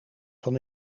van